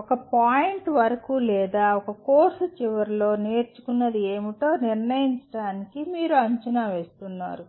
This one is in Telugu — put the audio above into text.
ఒక పాయింట్ వరకు లేదా ఒక కోర్సు చివరిలో నేర్చుకున్నది ఏమిటో నిర్ణయించడానికి మీరు అంచనా వేస్తున్నారు